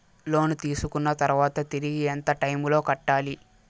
లోను తీసుకున్న తర్వాత తిరిగి ఎంత టైములో కట్టాలి